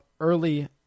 early